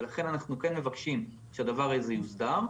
ולכן אנחנו כן מבקשים שהדבר הזה יוסדר.